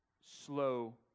slow